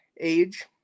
age